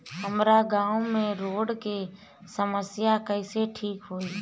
हमारा गाँव मे रोड के समस्या कइसे ठीक होई?